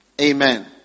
Amen